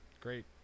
great